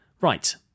Right